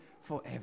forever